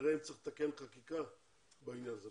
שנראה אם צריך לתקן את החקיקה בעניין הזה.